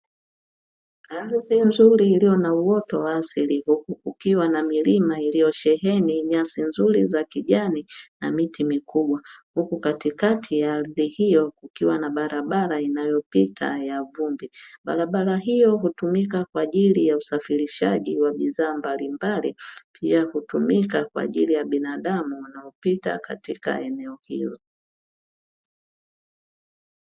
Ardhi iliyo na uoto wa asili huku kukiwa na milima iliyosheheni nyasi nzuri za kijana na miti mikubwa, huku katikati ya ardhi hiyo kukiwa na barabara inayopita ya vumbi. Barabara hiyo hutumika kwa ajili ya usafirishaji wa bidhaa mbalimbali, pia hutumika kwa ajili ya binadamu wanaopita katika enebo hilo.